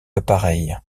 appareil